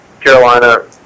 Carolina